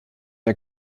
der